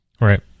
Right